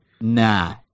nah